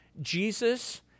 Jesus